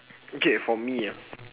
okay for me ya